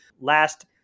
Last